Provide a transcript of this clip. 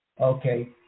Okay